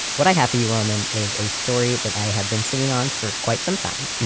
what i have for you, roman, is a story that i have been sitting on for quite some time.